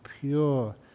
pure